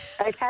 okay